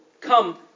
come